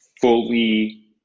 fully